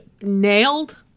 nailed